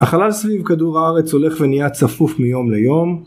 החלל סביב כדור הארץ הולך ונהיה צפוף מיום ליום